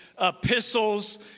epistles